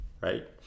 right